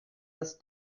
das